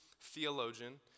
theologian